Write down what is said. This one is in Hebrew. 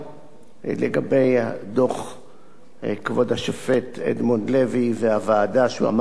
לגבי דוח כבוד השופט אדמונד לוי והוועדה שהוא עמד בראשה: